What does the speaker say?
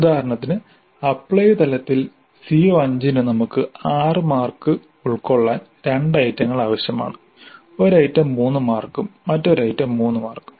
ഉദാഹരണത്തിന് അപ്ലൈ തലത്തിൽ CO5 ന് നമുക്ക് 6 മാർക്ക് ഉൾക്കൊള്ളാൻ രണ്ട് ഐറ്റങ്ങൾ ആവശ്യമാണ് ഒരു ഐറ്റം 3 മാർക്കും മറ്റൊരു ഐറ്റം 3 മാർക്കും